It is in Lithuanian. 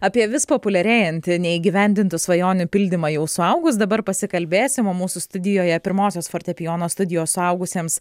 apie vis populiarėjantį neįgyvendintų svajonių pildymą jau suaugus dabar pasikalbėsim o mūsų studijoje pirmosios fortepijono studijos suaugusiems